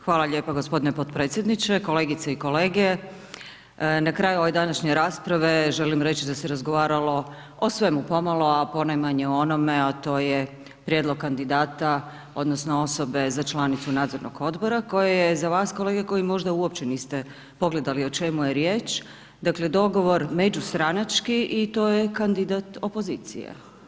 Hvala lijepa gospodine podpredsjedniče, kolegice i kolege na kraju ove današnje rasprave želim reći da se razgovaralo o svemu pomalo, a ponajmanje o onome a to je prijedlog kandidata odnosno osobe za članicu nadzornog odbora koje je za vas kolege koji možda uopće niste pogledali o čemu je riječ, dakle dogovor međustranački i to je kandidat opozicije.